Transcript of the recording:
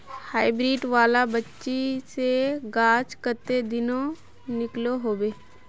Hybrid वाला बिच्ची से गाछ कते दिनोत निकलो होबे?